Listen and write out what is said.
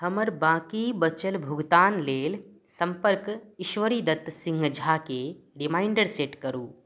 हमर बाँकी बचल भुगतान लेल सम्पर्क ईश्वरीदत्त सिंह झाके रिमाइंडर सेट करू